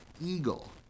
eagle